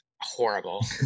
horrible